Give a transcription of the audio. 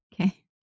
Okay